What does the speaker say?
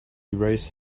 erased